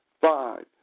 Five